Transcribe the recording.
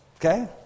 Okay